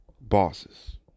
bosses